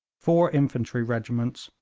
four infantry regiments,